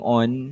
on